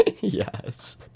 Yes